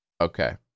Okay